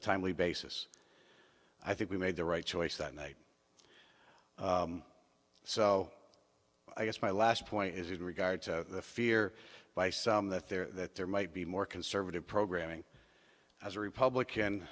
a timely basis i think we made the right choice that night so i guess my last point is in regard to the fear by some that there that there might be more conservative programming as a republican